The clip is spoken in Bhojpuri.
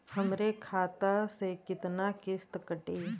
हमरे खाता से कितना किस्त कटी?